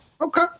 Okay